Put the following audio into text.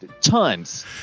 tons